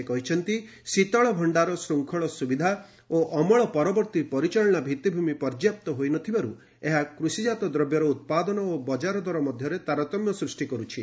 ସେ କହିଛନ୍ତି ଶୀତଳ ଭଷ୍ଠାର ଶୃଙ୍ଖଳ ସୁବିଧା ଓ ଅମଳ ପରବର୍ତ୍ତୀ ପରିଚାଳନା ଭିଭିମି ପର୍ଯ୍ୟାପ୍ତ ହୋଇ ନ ଥିବାରୁ ଏହା କୃଷିଜାତ ଦ୍ରବ୍ୟର ଉତ୍ପାଦନ ଓ ବଜାର ଦର ମଧ୍ୟରେ ତାରତମ୍ୟ ସୂଷ୍ଟି କରୁଛି